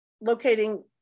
locating